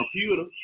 computer